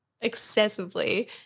excessively